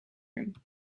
room